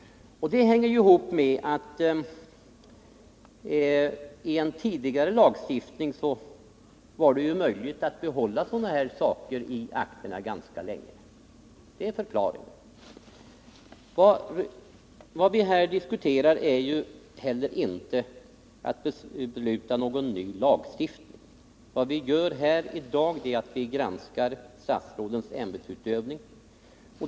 Och det hänger ihop med att det enligt en tidigare lagstiftning var möjligt att behålla sådana uppgifter som det här gäller i akterna ganska länge. Det är alltså förklaringen. Vad vi diskuterar är inte att besluta om någon ny lagstiftning, utan vad debatten i dag gäller är granskningen av statsrådens ämbetsutövning.